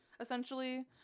essentially